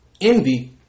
Envy